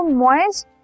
moist